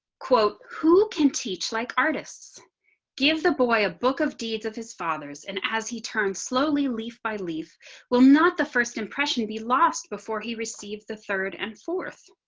quote, who can teach like artists give the boy a book of deeds of his father's and as he turned slowly leaf by leaf will not the first impression to be lost before he received the third and fourth